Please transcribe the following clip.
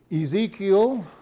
Ezekiel